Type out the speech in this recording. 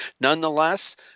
nonetheless